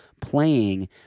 playing